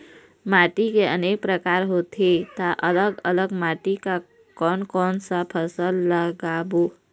माटी के अनेक प्रकार होथे ता अलग अलग माटी मा कोन कौन सा फसल लगाबो?